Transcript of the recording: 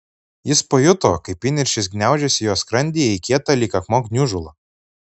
jis pajuto kaip įniršis gniaužiasi jo skrandyje į kietą lyg akmuo gniužulą